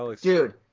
Dude